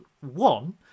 One